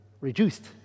reduced